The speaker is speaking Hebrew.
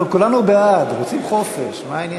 אנחנו כולנו בעד, רוצים יום חופש, מה העניין.